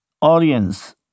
audience